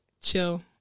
chill